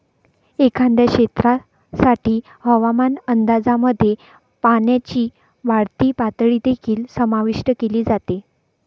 एखाद्या क्षेत्रासाठी हवामान अंदाजामध्ये पाण्याची वाढती पातळी देखील समाविष्ट केली जाते